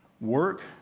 Work